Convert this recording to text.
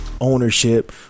ownership